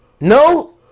no